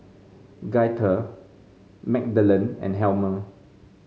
Gaither Magdalen and Helmer